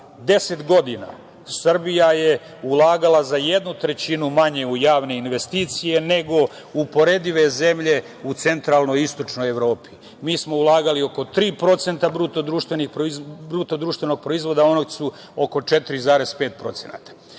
deset godina Srbija je ulagala za jednu trećinu manje u javne investicije nego uporedive zemlje u centralnoj i istočnoj Evropi. Mi smo ulagali oko 3% BDP-a, a oni su oko 4,5%.Vi